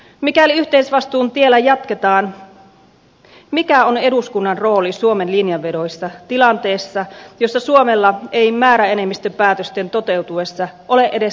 mikäli yhteisvastuun tiellä jatketaan mikä on eduskunnan rooli suomen linjanvedoissa tilanteessa jossa suomella ei määräenemmistöpäätösten toteutuessa ole edes sananvaltaa